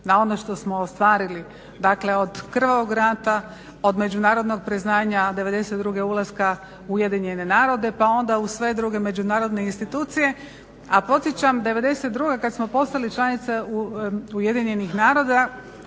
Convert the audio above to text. na ono što smo ostvarili, dakle od krvavog rata, od međunarodnog priznanja '92.ulaska u UN pa onda u sve druge međunarodne institucije. A podsjećam '92.kada smo postali članica UN-a još